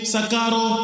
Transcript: Sakaro